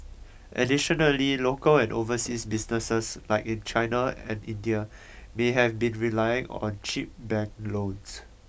additionally local and overseas businesses like in China and India may have been relying on cheap bank loans